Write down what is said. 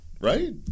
Right